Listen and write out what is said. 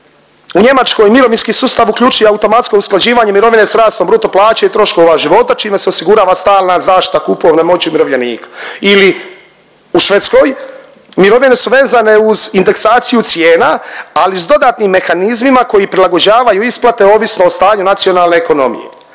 u Njemačkoj mirovinski sustav uključuje automatsko usklađivanje mirovine s rastom bruto plaće i troškova života čime se osigurava stalna zaštita kupovne moći umirovljenika ili u Švedskoj mirovine su vezane uz indeksaciju cijena, ali s dodatnim mehanizmima koji prilagođavaju isplate ovisno o stanju nacionalne ekonomije,